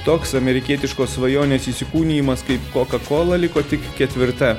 toks amerikietiškos svajonės įsikūnijimas kaip koka kola liko tik ketvirta